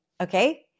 okay